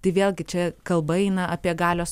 tai vėlgi čia kalba eina apie galios